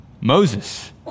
Moses